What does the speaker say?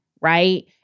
right